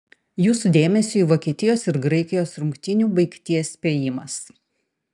jūsų dėmesiui vokietijos ir graikijos rungtynių baigties spėjimas